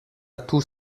tout